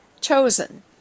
chosen